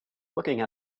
looking